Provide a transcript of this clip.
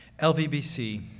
LVBC